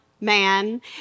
man